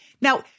Now